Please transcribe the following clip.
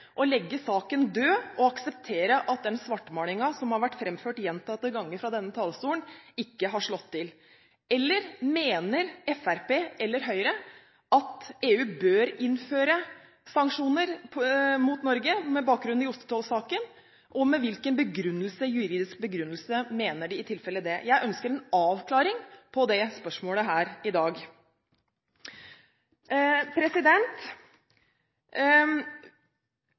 legge saken død, og akseptere at den svartmalingen som har vært framført gjentatte ganger fra denne talerstolen, ikke har slått til. Eller mener Fremskrittspartiet og Høyre at EU bør innføre sanksjoner mot Norge med bakgrunn i ostetollsaken? Og med hvilken juridisk begrunnelse mener de i tilfellet det? Jeg ønsker en avklaring på det spørsmålet her i dag.